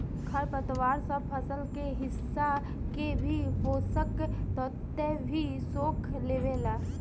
खर पतवार सब फसल के हिस्सा के भी पोषक तत्व भी सोख लेवेला